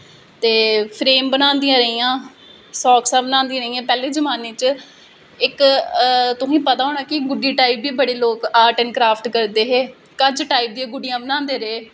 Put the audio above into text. ते फ्रेम बनांदियां रेहियां साक्सां बनांदियां रेहियां पैह्ले जमानें च इक तुसेंगी पता होना कि गुड्डी टाईप बी बड़े लोग आर्ट ऐंड़ क्राफ्ट करदे हे कंच टाईप दियां गुड्डिया बनांदियां रेहियां